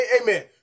amen